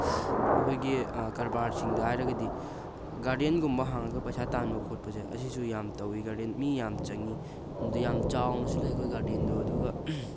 ꯑꯩꯈꯣꯏꯒꯤ ꯀꯔꯕꯥꯔꯁꯤꯡꯗ ꯍꯥꯏꯔꯒꯗꯤ ꯒꯥꯔꯗꯦꯟꯒꯨꯝꯕ ꯍꯥꯡꯉꯒ ꯄꯩꯁꯥ ꯇꯥꯟꯕ ꯈꯣꯠꯄꯁꯦ ꯑꯁꯤꯁꯨ ꯌꯥꯝ ꯇꯧꯋꯤ ꯒꯥꯔꯗꯦꯟ ꯃꯤ ꯌꯥꯝ ꯆꯪꯉꯤ ꯑꯗꯨ ꯌꯥꯝ ꯆꯥꯎꯅꯁꯨ ꯑꯩꯈꯣꯏ ꯒꯥꯔꯗꯦꯟꯗꯨ ꯑꯗꯨꯒ